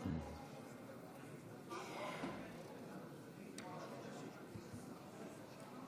חברות וחברי הכנסת, להלן תוצאות ההצבעה: